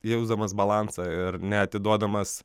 jausdamas balansą ir neatiduodamas